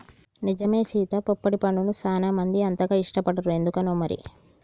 నిజమే సీత పొప్పడి పండుని సానా మంది అంతగా ఇష్టపడరు ఎందుకనో మరి